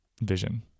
vision